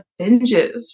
binges